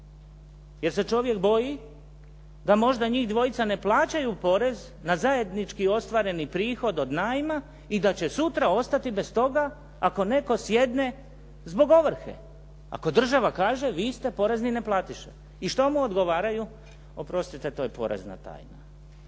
Jer se čovjek boji da možda njih dvojica ne plaćaju porez na zajednički ostvareni prihod od najma i da će sutra ostati bez toga ako netko sjedne zbog ovrhe. Ako država kaže vi ste porezni neplatiše. I što mu odgovaraju? Oprostite, to je porezna tajna.